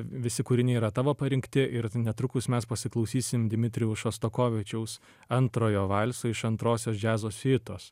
visi kūriniai yra tavo parinkti ir netrukus mes pasiklausysim dmitrijaus šostakovičiaus antrojo valso iš antrosios džiazo siuitos